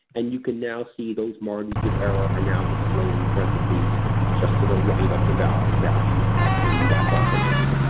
and you can now see those margins of error are now displayed in parenthesis just to the right of the value i'll turn them back off again.